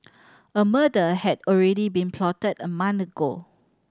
a murder had already been plotted a month ago